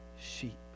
sheep